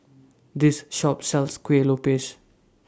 This Shop sells Kueh Lopes